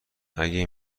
اگه